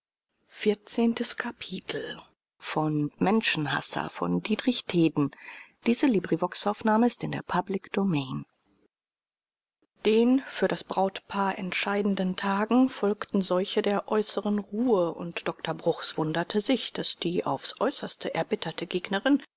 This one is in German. den für das brautpaar entscheidenden tagen folgten solche der äußeren ruhe und dr bruchs wunderte sich daß die aufs äußerste erbitterte gegnerin